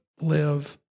live